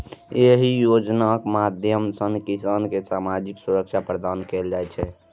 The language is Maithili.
एहि योजनाक माध्यम सं किसान कें सामाजिक सुरक्षा प्रदान कैल जाइ छै